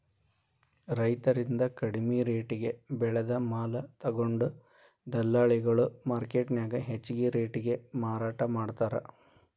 ರೈತರಿಂದ ಕಡಿಮಿ ರೆಟೇಗೆ ಬೆಳೆದ ಮಾಲ ತೊಗೊಂಡು ದಲ್ಲಾಳಿಗಳು ಮಾರ್ಕೆಟ್ನ್ಯಾಗ ಹೆಚ್ಚಿಗಿ ರೇಟಿಗೆ ಮಾರಾಟ ಮಾಡ್ತಾರ